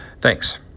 Thanks